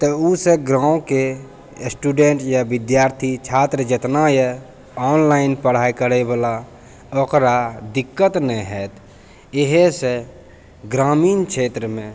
तऽ ओहिसँ गाँवके एस्टूडेन्ट या विद्यार्थी छात्र जतना अइ ऑनलाइन पढाइ करैवला ओकरा दिक्कत नहि हैत एहेसँ ग्रामीण क्षेत्रमे